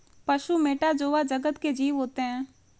पशु मैटा जोवा जगत के जीव होते हैं